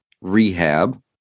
rehab